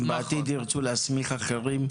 אם בעתיד ירצו להסמיך אחרים,